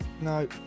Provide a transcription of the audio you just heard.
No